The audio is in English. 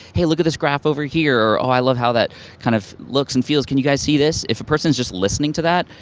hey look at this graph over here, or oh i love how that kind of looks and feels, can you guys see this? if a person's just listening to that,